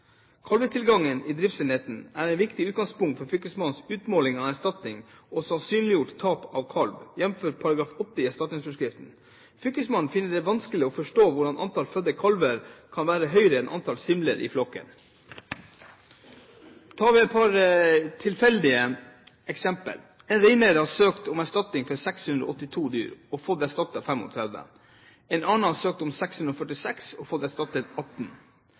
Kalvetilgangen i driftsenheten er et viktig utgangspunkt for fylkesmannens utmåling av erstatning for sannsynliggjort tap av kalv, jf. § 8 i erstatningsforskriften. Fylkesmannen finner det vanskelig å forstå hvordan antall fødte kalver kan være høyere enn antall simler i flokken. Jeg kan ta et par tilfeldige eksempler: En reineier har søkt om erstatning for 682 dyr, og fått erstattet 35. En annen har søkt om erstatning for 646 dyr, og har fått erstattet 18.